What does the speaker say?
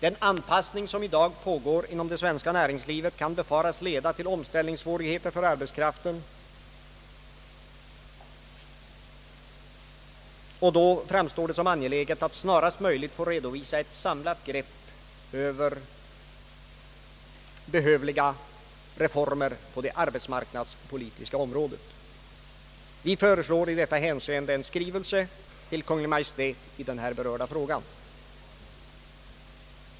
Den anpassning som i dag pågår inom det svenska näringslivet kan befaras leda till omställningssvårigheter för arbetskraften, och då framstår det som angeläget att snarast möjligt få redovisat ett samlat grepp över behövliga reformer på det arbetsmarknadspolitiska området. Vid föreslår en skrivelse till Kungl. Maj:t i denna fråga.